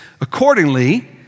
Accordingly